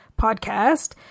podcast